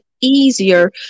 easier